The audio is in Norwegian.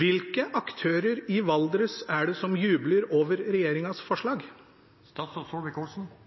Hvilke aktører i Valdres er det som jubler over regjeringens forslag?